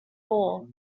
bore